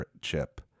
chip